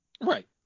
Right